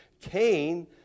Cain